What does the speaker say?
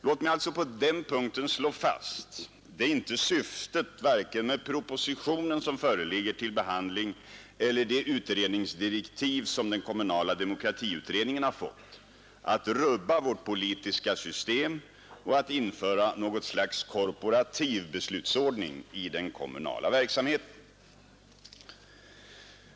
Låt mig alltså på den punkten slå fast att det inte är syftet, vare sig med propositionen som föreligger till behandling eller med de utredningsdirektiv som den kommunala demokratiutredningen har fått, att rubba vårt politiska system och att införa något slags korporativ beslutsordning iden kommunala verksamheten.